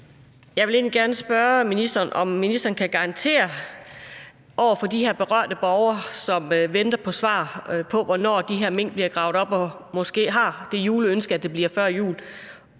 Jeg vil egentlig gerne spørge ministeren, om ministeren kan garantere over for de berørte borgere, som venter på svar på, hvornår de her mink bliver gravet op, og som måske har det juleønske, at det bliver før jul,